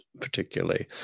particularly